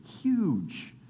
huge